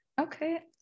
Okay